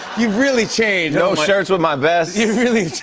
you've really changed. no shirts with my vests. you've really